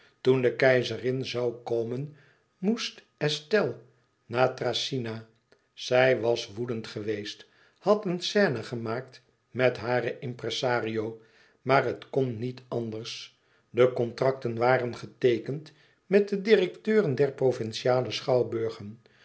toen de keizerin zoû komen moest estelle naar thracyna zij was woedend geweest had eene scène gemaakt met haren impresario maar het kon niet anders de contracten waren geteekend met de directeuren der provinciale schouwburgen